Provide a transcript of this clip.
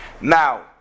Now